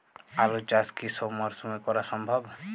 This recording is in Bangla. আলু চাষ কি সব মরশুমে করা সম্ভব?